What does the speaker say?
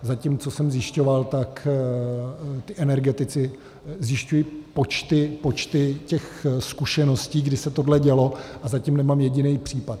Zatím, co jsem zjišťoval, tak ti energetici zjišťují počty těch zkušeností, kdy se tohle dělo, a zatím nemám jediný případ.